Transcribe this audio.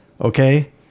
Okay